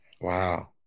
wow